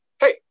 hey